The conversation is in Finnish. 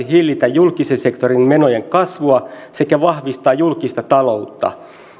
hillitä julkisen sektorin menojen kasvua sekä vahvistaa julkista taloutta